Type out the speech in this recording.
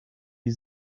die